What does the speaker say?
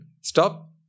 stop